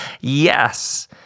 yes